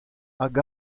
hag